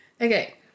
Okay